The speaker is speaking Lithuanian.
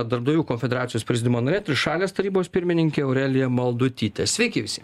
darbdavių konfederacijos prezidiumo narė trišalės tarybos pirmininkė aurelija maldutytė sveiki visi